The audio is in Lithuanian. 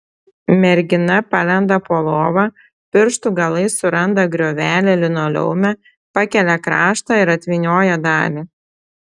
mergina palenda po lova pirštų galais suranda griovelį linoleume pakelia kraštą ir atvynioja dalį